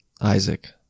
Isaac